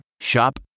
Shop